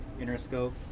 Interscope